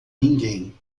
ninguém